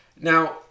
Now